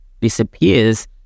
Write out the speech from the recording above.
disappears